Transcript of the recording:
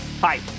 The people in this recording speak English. Hi